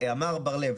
אמר בר לב,